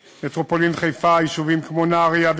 מטרופולין חיפה כוללת גם יישובים כמו נהריה,